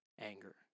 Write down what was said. anger